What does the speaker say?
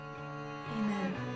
Amen